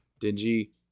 dingy